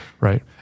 right